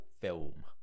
film